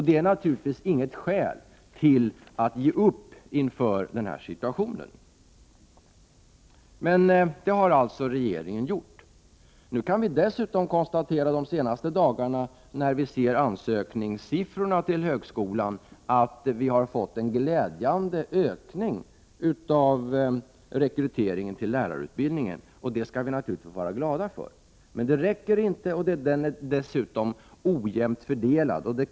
Det är naturligtvis inget skäl till att ge upp inför situationen, men det har alltså regeringen gjort. Under de senaste dagarna har vi dessutom kunnat konstatera, när vi har sett siffrorna på antalet sökande till högskolan, att vi har fått en glädjande ökning av rekryteringen till lärarutbildningen. Det skall vi naturligtvis vara glada över, men det räcker inte, och ökningen är dessutom ojämnt fördelad på olika utbildningslinjer.